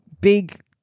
big